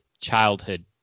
childhood